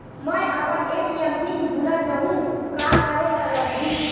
मैं अपन ATM PIN भुला जहु का करे ला लगही?